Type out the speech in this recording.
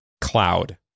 cloud